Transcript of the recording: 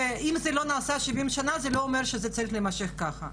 ואם זה לא נעשה 70 שנה זה לא אומר שזה צריך להימשך ככה.